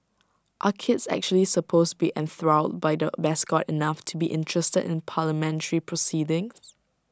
are kids actually supposed to be enthralled by the mascot enough to be interested in parliamentary proceedings